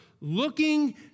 looking